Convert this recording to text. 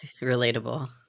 Relatable